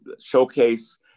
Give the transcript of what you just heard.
showcase